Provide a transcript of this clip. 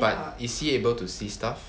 but is he able to see stuff